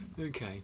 Okay